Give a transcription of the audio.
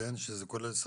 שזה כולל שכר,